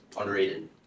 underrated